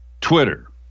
Twitter